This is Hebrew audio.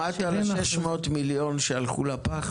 שמעת על 600 מיליון ₪ שהלכו לפח